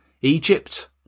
Egypt